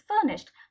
furnished